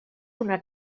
una